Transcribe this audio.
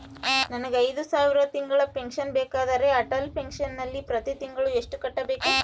ನನಗೆ ಐದು ಸಾವಿರ ತಿಂಗಳ ಪೆನ್ಶನ್ ಬೇಕಾದರೆ ಅಟಲ್ ಪೆನ್ಶನ್ ನಲ್ಲಿ ಪ್ರತಿ ತಿಂಗಳು ಎಷ್ಟು ಕಟ್ಟಬೇಕು?